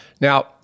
Now